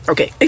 Okay